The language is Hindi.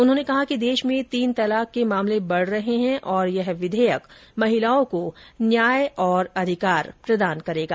उन्होंने कहा कि देश में तीन तलाक के मामले बढ़ रहे हैं और यह विधेयक महिलाओं को न्याय और अधिकार प्रदान करेगा